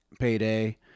payday